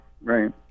right